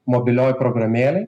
mobiliojoj programėlėj